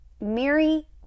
Mary